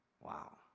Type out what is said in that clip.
Wow